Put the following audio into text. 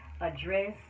address